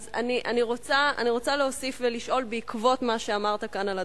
אז אני רוצה להוסיף ולשאול בעקבות מה שאמרת כאן על הדוכן.